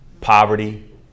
Poverty